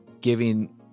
Giving